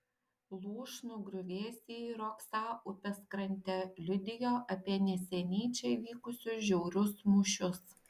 lūšnų griuvėsiai riogsą upės krante liudijo apie neseniai čia vykusius žiaurius mūšius